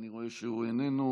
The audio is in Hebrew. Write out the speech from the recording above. אני רואה שהוא איננו.